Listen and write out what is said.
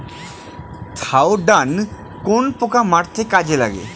Thiodan কোন পোকা মারতে কাজে লাগে?